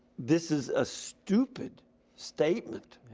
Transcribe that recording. this is a stupid statement,